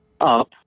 Up